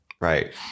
right